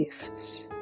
gifts